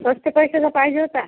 स्वस्त पैशाचा पाहिजे होता